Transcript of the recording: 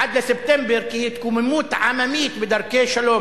עד לספטמבר תהיה התקוממות עממית בדרכי שלום,